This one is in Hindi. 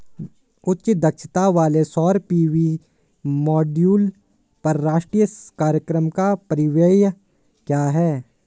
उच्च दक्षता वाले सौर पी.वी मॉड्यूल पर राष्ट्रीय कार्यक्रम का परिव्यय क्या है?